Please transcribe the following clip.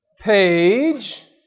page